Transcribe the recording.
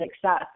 success